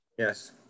Yes